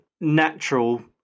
natural